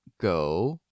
go